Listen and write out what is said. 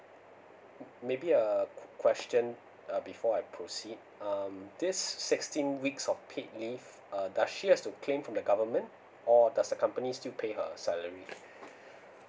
maybe a question uh before I proceed um this sixteen weeks of paid leave uh does she has to claim from the government or does the companies still pay her salary